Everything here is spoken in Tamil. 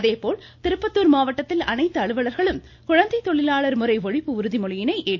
இதேபோல் திருப்பத்தூர் மாவட்டத்தில் அனைத்து அலுவலர்களும் குழந்தை தொழிலாளர் முறை ஒழிப்பு உறுதிமொழியினை ஏற்றனர்